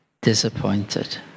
disappointed